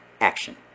action